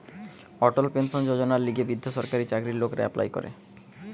অটল pension যোজনার লিগে বৃদ্ধ সরকারি চাকরির লোকরা এপ্লাই করে